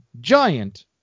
giant